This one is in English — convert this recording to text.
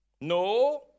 No